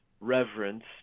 reverence